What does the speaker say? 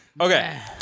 Okay